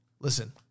listen